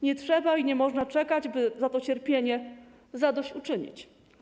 Nie trzeba i nie można czekać, by za to cierpienie zadośćuczynić.